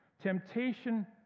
temptation